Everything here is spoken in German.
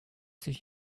sich